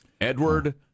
Edward